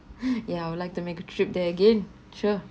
ya I would like to make a trip there again sure